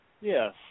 Yes